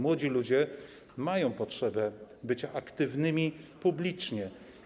Młodzi ludzie mają potrzebę bycia osobami aktywnymi publicznie.